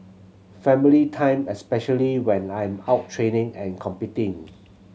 family time especially when I'm out training and competing